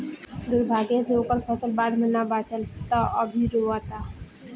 दुर्भाग्य से ओकर फसल बाढ़ में ना बाचल ह त उ अभी रोओता